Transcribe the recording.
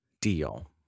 deal